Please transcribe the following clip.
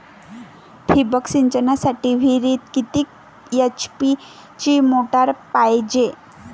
ठिबक सिंचनासाठी विहिरीत किती एच.पी ची मोटार पायजे?